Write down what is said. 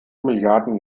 milliarden